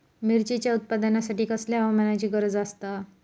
मिरचीच्या उत्पादनासाठी कसल्या हवामानाची गरज आसता?